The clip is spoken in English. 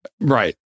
Right